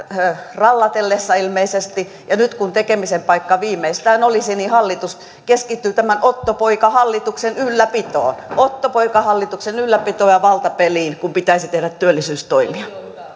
rallatellessa ilmeisesti ja nyt kun tekemisen paikka viimeistään olisi niin hallitus keskittyy tämän ottopoikahallituksen ylläpitoon ottopoikahallituksen ylläpitoon ja valtapeliin kun pitäisi tehdä työllisyystoimia